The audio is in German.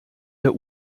der